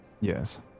Yes